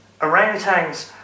Orangutans